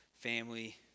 Family